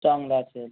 चांगला असेल